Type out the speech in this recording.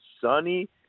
sunny